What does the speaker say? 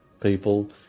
people